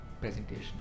presentation